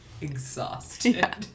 exhausted